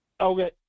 Okay